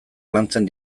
lantzen